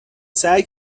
سعی